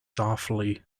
softly